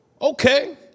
Okay